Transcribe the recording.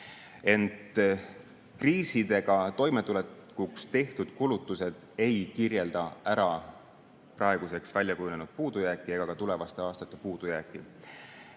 ent kriisidega toimetulekuks tehtud kulutused ei kirjelda ära praeguseks väljakujunenud puudujääki ega ka tulevaste aastate puudujääki.